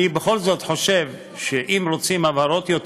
אני בכל זאת חושב שאם רוצים יותר הבהרות,